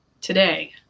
today